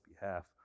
behalf